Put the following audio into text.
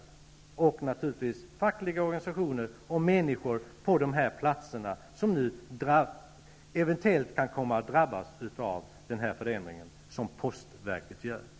Men det behöver även, naturligtvis, de fackliga organisationerna göra, liksom de människor som bor på de orter som eventuellt drabbas av det förändringsarbete som postverket håller på med.